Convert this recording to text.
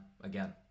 again